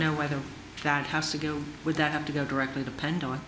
know whether that has to go with that have to go directly depend on